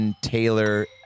Taylor